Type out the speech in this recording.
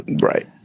Right